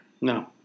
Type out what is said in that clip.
No